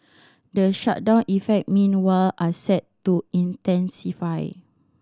the shutdown effect meanwhile are set to intensify